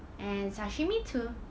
and sashimi too